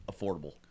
affordable